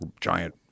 giant